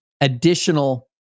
additional